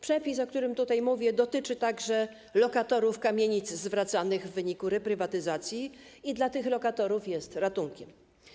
Przepis, o którym tutaj mówię, dotyczy także lokatorów kamienic zwracanych w wyniku reprywatyzacji i dla tych lokatorów jest ratunkiem.